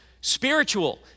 spiritual